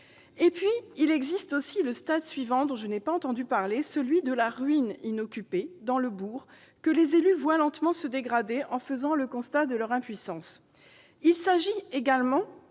Puis, il existe le stade suivant, dont je n'ai pas entendu parler, celui de la ruine inoccupée, dans le bourg, que les élus voient lentement se dégrader, tout en faisant le constat de leur impuissance. Il s'agit aussi,